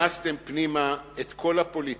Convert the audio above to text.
הכנסתם פנימה את כל הפוליטיקה,